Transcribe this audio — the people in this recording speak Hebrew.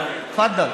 תפדל.